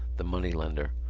the moneylender,